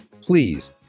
Please